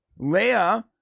Leia